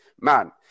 man